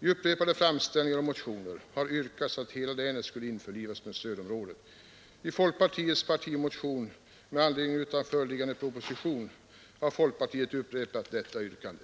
I upprepade framställningar och motioner har yrkats att hela länet skulle införlivas med stödområdet. I partimotionen nr 1818 med anledning av föreliggande proposition har folkpartiet upprepat detta yrkande.